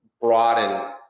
broaden